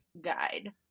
guide